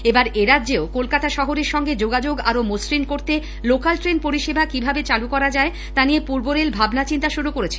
এবার এরাজ্যেও কলকাতা শহরের সঙ্গে যোগাযোগ আরো মসৃণ করতে লোকাল ট্রেন পরিষেবা কিভাবে চালু করা যায় তা নিয়ে পূর্ব রেল ভাবনাচিন্তা শুরু করেছে